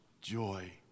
Joy